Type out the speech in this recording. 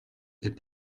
est